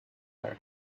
her